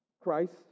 Christ